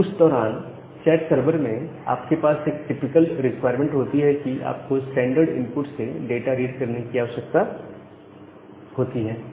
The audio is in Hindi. अब उस दौरान चैट सर्वर में आपके पास एक टिपिकल रिक्वायरमेंट होती है कि आपको स्टैंडर्ड इनपुट से डाटा रीड करने की आवश्यकता होती है